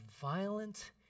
violent